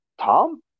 Tom